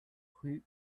rue